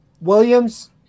Williams